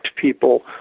people